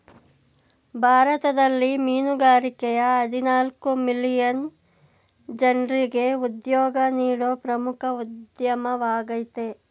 ಭಾರತದಲ್ಲಿ ಮೀನುಗಾರಿಕೆಯ ಹದಿನಾಲ್ಕು ಮಿಲಿಯನ್ ಜನ್ರಿಗೆ ಉದ್ಯೋಗ ನೀಡೋ ಪ್ರಮುಖ ಉದ್ಯಮವಾಗಯ್ತೆ